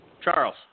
Charles